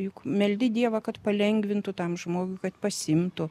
juk meldi dievą kad palengvintų tam žmogui kad pasiimtų